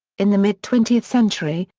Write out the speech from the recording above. in the mid twentieth century,